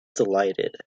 delighted